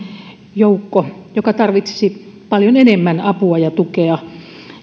joukko joka tarvitsisi paljon enemmän apua ja tukea